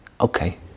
Okay